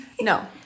No